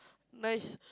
nice